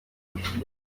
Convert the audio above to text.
nka